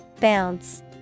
Bounce